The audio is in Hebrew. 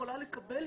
יכולה לקבל,